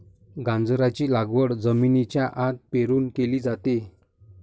गाजराची लागवड जमिनीच्या आत पेरून केली जाते